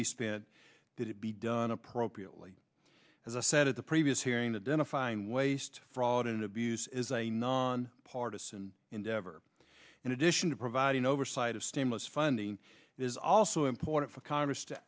be spit that it be done appropriately as i said at the previous hearing that in a fine waste fraud and abuse is a non partisan endeavor in addition to providing oversight of stimulus funding is also important for congress to